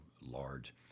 large